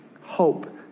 Hope